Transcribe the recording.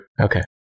Okay